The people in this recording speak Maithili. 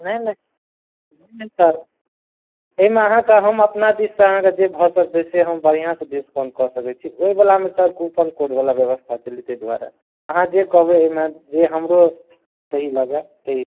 नहि नहि नहि नहि सर एहिमे हम अहाँकेँ हम अपना दिशसँ अहाँकेँ जे भऽ सकतै से हम बढ़िआँ से डिस्काउंट कऽ सकैत छी ओहि बलामे सर कूपन कोड बला व्यवस्था छै ताहि दुआरे अहाँ जे कहबै ओहिमे जे हमरो सही लागऽ ताहि